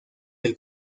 del